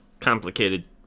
complicated